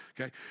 okay